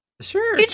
sure